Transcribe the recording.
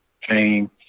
pain